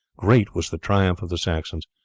great was the triumph of the saxons.